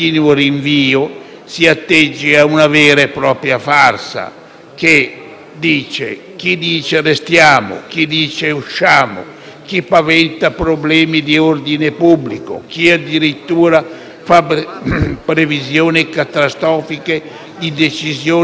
farsa: chi dice "restiamo", chi dice "usciamo", chi paventa problemi di ordine pubblico, chi addirittura fa previsioni catastrofiche di decisioni per l'autonomia da parte dell'Irlanda